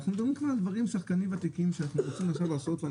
גם